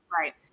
Right